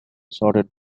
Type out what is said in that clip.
sorted